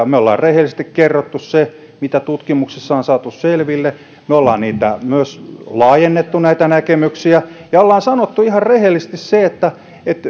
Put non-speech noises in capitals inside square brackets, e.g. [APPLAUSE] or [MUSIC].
[UNINTELLIGIBLE] me olemme rehellisesti kertoneet sen mitä tutkimuksissa on saatu selville me olemme myös laajentaneet näitä näkemyksiä ja olemme sanoneet ihan rehellisesti sen